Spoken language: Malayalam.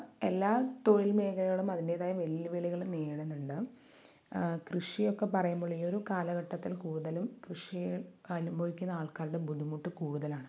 എല്ലാ തൊഴില്മേഖലകളും അതിന്റേതായ വെല്ലുവിളികള് നേരിടുന്നുണ്ട് കൃഷിയൊക്കെ പറയുമ്പോള് ഈ ഒരു കാലഘട്ടത്തില് കൂടുതലും കൃഷിയെ അനുഭവിക്കുന്ന ആള്ക്കാരുടെ ബുദ്ധിമുട്ട് കൂടുതലാണ്